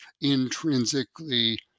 intrinsically